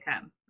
come